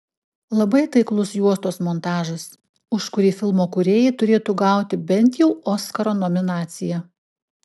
labai taiklus juostos montažas už kurį filmo kūrėjai turėtų gauti bent jau oskaro nominaciją